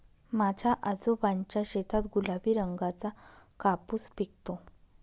माझ्या आजोबांच्या शेतात गुलाबी रंगाचा कापूस पिकतो